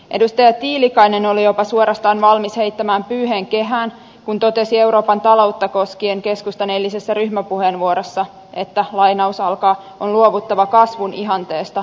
edustaja tiilikainen oli suorastaan valmis heittämään pyyhkeen kehään kun totesi euroopan taloutta koskien keskustan eilisessä ryhmäpuheenvuorossa että on luovuttava kasvun ihanteesta